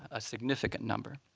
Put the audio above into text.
a significant number.